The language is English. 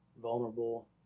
vulnerable